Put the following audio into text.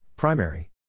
Primary